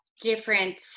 different